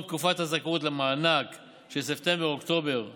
תקופת הזכאות למענק של ספטמבר-אוקטובר 2020,